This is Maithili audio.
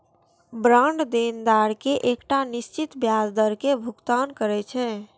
बांड देनदार कें एकटा निश्चित ब्याज दर के भुगतान करै छै